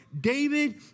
David